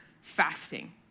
fasting